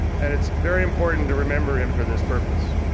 and it's very important to remember him for this purpose.